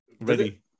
Ready